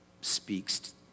speaks